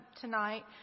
tonight